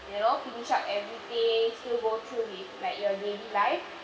you know everyday still go through with like your daily life